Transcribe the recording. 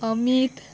Amit